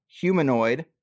humanoid